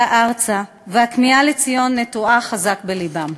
ארצה והכמיהה לציון נטועה חזק בלבם.